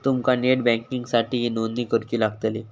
तुमका नेट बँकिंगसाठीही नोंदणी करुची लागतली